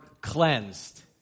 cleansed